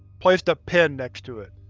placed a pen next to it.